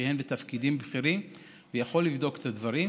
שכיהן בתפקידים בכירים ויכול לבדוק את הדברים.